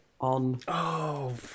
on